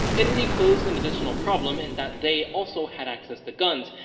italy posed an additional problem in that they also had access to guns,